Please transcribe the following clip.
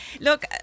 Look